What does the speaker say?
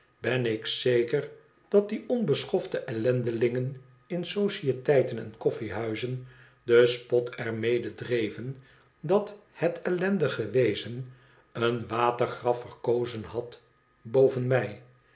ben ik zeker dat die onbeschofte ellendelingen in sociëteiten en koffiehuizen den spot er mede dreven dat het ellendige wezen een watergraf verkozen had boven mij